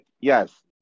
Yes